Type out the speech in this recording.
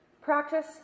Practice